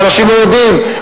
כי אנשים לא יודעים,